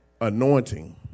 anointing